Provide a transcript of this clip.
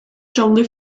jolie